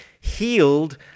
healed